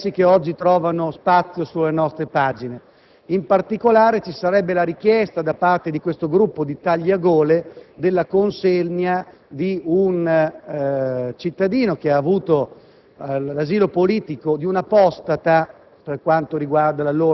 sono stati espressi e che oggi trovano spazio sulla stampa. In particolare, ci sarebbe la richiesta, da parte di un gruppo di tagliagole, della consegna di un cittadino che ha ottenuto asilo politico in Italia,